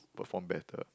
perform better